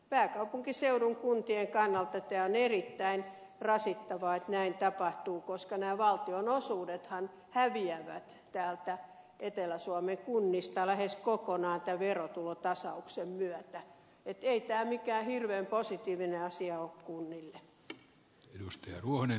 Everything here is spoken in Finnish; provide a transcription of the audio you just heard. pääkaupunkiseudun kuntien kannalta tämä on erittäin rasittavaa että näin tapahtuu koska nämä valtionosuudethan häviävät täältä etelä suomen kunnista lähes kokonaan tämän verotulotasauksen myötä joten ei tämä mikään hirveän positiivinen asia ole kunnille